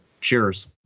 cheers